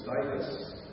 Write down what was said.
status